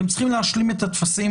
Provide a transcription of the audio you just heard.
אתם צריכים להשלים את הטפסים,